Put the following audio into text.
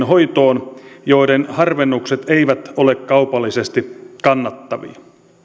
hoitoon joiden harvennukset eivät ole kaupallisesti kannattavia